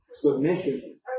Submission